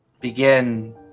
begin